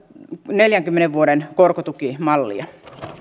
neljänkymmenen vuoden korkotukimallia